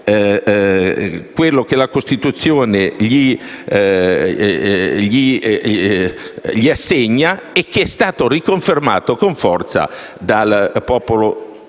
compito che la Costituzione gli assegna e che è stato riconfermato con forza dal popolo sovrano.